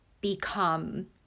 become